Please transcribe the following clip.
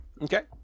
Okay